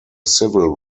civil